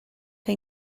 que